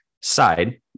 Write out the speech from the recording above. side